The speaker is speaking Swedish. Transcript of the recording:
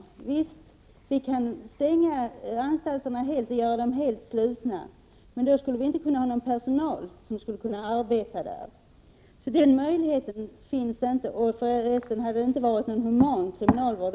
Visst — vi kan stänga anstalterna och göra dem helt slutna, men då skulle vi inte ha någon — Prot. 1988/89:103 personal som ville arbeta där, så den möjligheten finns inte. För resten hade 25 april 1989 inte heller varit nå a iminalvård.